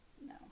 no